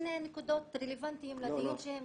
שתי נקודות רלוונטיות לדיון.